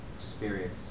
Experience